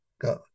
Go